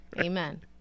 Amen